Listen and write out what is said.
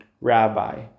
Rabbi